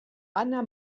ana